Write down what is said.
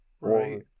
Right